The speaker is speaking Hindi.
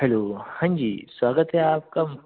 हैलो हाँ जी स्वागत है आपका